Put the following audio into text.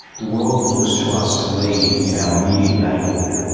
the world looks to us to lead in our immediate neighbourhood,